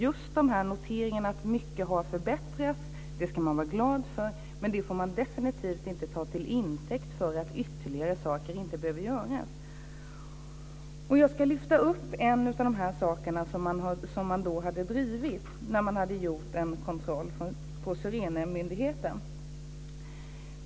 Just noteringarna att mycket har förbättrats ska man vara glad för, men det får man definitivt inte ta till intäkt för att ytterligare saker inte behöver göras. Jag ska lyfta fram en av de saker som man hade drivit när man hade gjort en kontroll på Sirenemyndigheten.